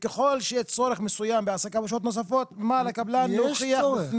וככל שיהיה צורך מסוים בהעסקה בשעות נוספות על הקבלן להוכיח.